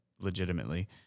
legitimately